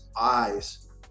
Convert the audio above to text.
eyes